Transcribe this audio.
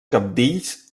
cabdills